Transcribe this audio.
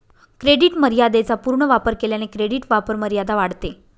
credit मर्यादेचा पूर्ण वापर केल्याने क्रेडिट वापरमर्यादा वाढते